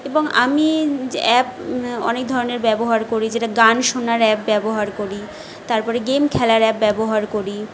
এবং আমি য অ্যাপ অনেক ধরনের ব্যবহার করি যেটা গান শোনার অ্যাপ ব্যবহার করি তারপরে গেম খেলার অ্যাপ ব্যবহার করি